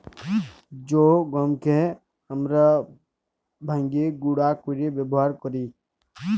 জ্যে গহমকে আমরা ভাইঙ্গে গুঁড়া কইরে ব্যাবহার কৈরি